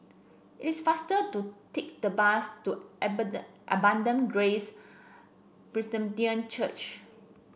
it's faster to take the bus to Abundant Grace Presbyterian Church